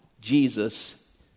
Jesus